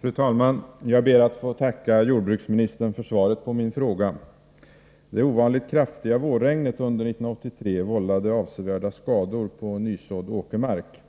Fru talman! Jag ber att få tacka jordbruksministern för svaret på min fråga. Det ovanligt kraftiga vårregnet under 1983 vållade avsevärda skador på nysådd åkermark.